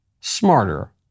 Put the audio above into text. smarter